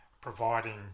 providing